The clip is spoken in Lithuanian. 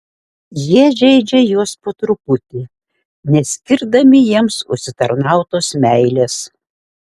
jie žeidžia juos po truputį neskirdami jiems užsitarnautos meilės